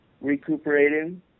recuperating